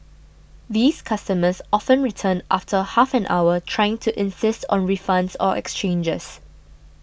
these customers often return after half an hour trying to insist on refunds or exchanges